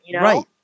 Right